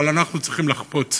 אבל אנחנו צריכים לחפוץ.